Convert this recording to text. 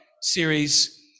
series